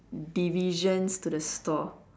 divisions to the store